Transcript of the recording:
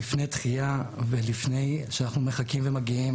לפני דחייה ולפני שאנחנו מגיעים